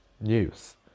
news